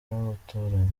n’umuturanyi